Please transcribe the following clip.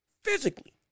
physically